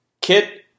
kit